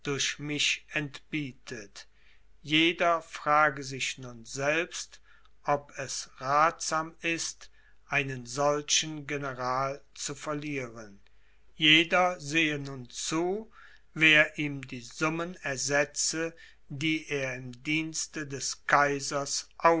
durch mich entbietet jeder frage sich nun selbst ob es rathsam ist einen solchen general zu verlieren jeder sehe nun zu wer ihm die summen ersetze die er im dienste des kaisers